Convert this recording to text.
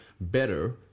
better